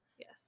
yes